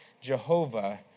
Jehovah